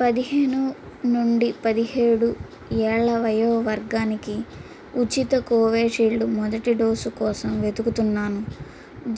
పదిహేను నుండి పదిహేడు ఏళ్ళ వయో వర్గానికి ఉచిత కోవిషీల్డ్ మొదటి డోసు కోసం వెదుకుతున్నాను